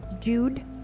Jude